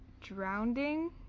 drowning